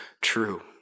true